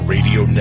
Radio